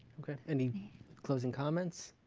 ok. any closing comments?